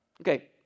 Okay